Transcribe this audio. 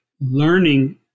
learning